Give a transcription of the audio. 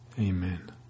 Amen